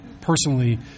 personally